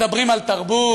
מדברים על תרבות,